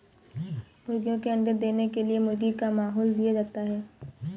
मुर्गियों के अंडे देने के लिए गर्मी का माहौल दिया जाता है